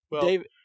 David